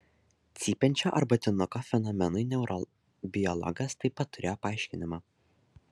cypiančio arbatinuko fenomenui neurobiologas taip pat turėjo paaiškinimą